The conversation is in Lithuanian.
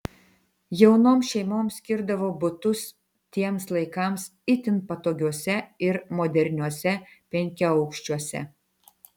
jaunoms šeimoms skirdavo butus tiems laikams itin patogiuose ir moderniuose penkiaaukščiuose